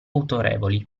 autorevoli